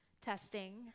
testing